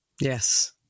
Yes